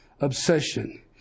Obsession